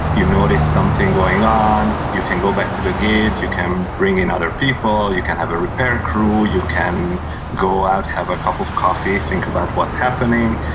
you notice something going on. you can go back to the gate. you can bring in other people. you can have a repair crew. you can go out, have a cup of coffee, think about what's happening.